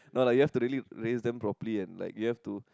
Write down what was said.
no lah you have to really raise them properly and like you have to